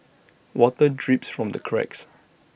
water drips from the cracks